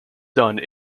done